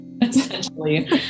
essentially